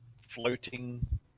floating